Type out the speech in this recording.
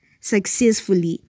successfully